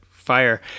fire